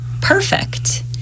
perfect